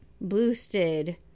boosted